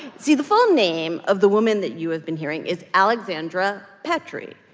see, the full name of the woman that you have been hearing is alexandra petri.